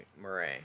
Murray